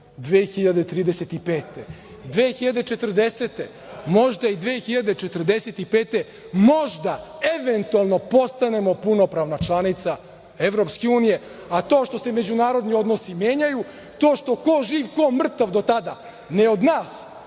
2035-2040, možda i 2045. godine postanemo punopravna članica EU, a to što se međunarodni odnosi menjaju, to što ko živ, ko mrtav do tada, ne od nas,